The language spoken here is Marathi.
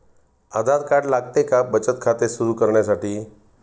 आधार कार्ड लागते का बचत खाते सुरू करण्यासाठी?